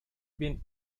bin